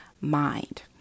mind